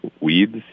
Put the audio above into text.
weeds